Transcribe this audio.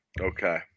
Okay